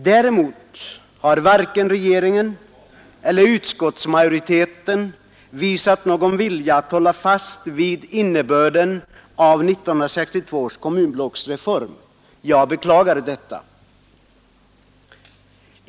Däremot har varken regeringen eller utskottsmajoriteten visat någon vilja att hålla fast vid innebörden av 1962 års kommunblocksreform. Jag beklagar detta.